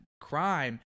crime